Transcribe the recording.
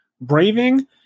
braving